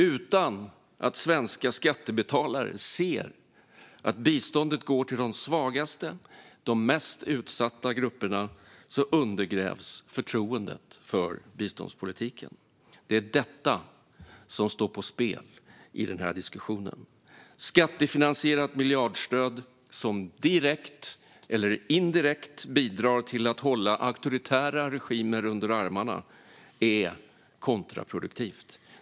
Om inte svenska skattebetalare ser att biståndet går till de svagaste och till de mest utsatta grupperna undergrävs förtroendet för biståndspolitiken. Det är detta som står på spel i denna diskussion. Skattefinansierat miljardstöd som direkt eller indirekt bidrar till att hålla auktoritära regimer under armarna är kontraproduktivt.